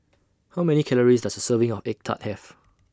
How Many Calories Does A Serving of Egg Tart Have